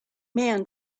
man